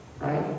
right